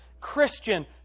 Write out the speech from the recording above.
Christian